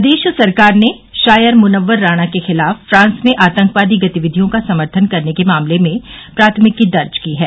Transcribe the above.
प्रदेश सरकार ने शायर मुनव्वर राणा के खिलाफ फ्रांस में आतंकवादी गतिविधियों का समर्थन करने के मामले में प्राथमिकी दर्ज की है